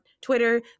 Twitter